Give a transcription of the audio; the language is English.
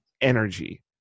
energy